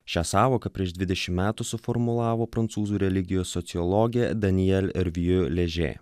šią sąvoką prieš dvidešim metų suformulavo prancūzų religijos sociologė daniel ervju ležė